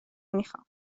میخوام